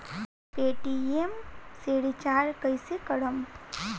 Paytm से recharge कईसे करम?